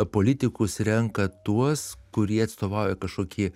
politikus renka tuos kurie atstovauja kažkokį